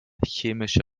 chemische